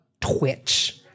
twitch